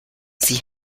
sie